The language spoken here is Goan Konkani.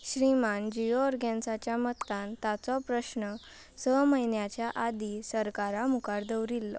श्रीमान जियो ऑर्गन्साच्या मतान ताचो प्रस्न स म्हयन्यांच्या आदी सरकारा मुखार दवरिल्लो